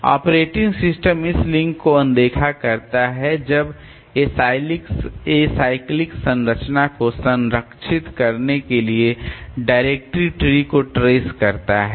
operating system इस link को अनदेखा करता है जब एसाइक्लिक संरचना को संरक्षित करने के लिए डायरेक्टरी ट्री को ट्रेस करता है